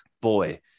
boy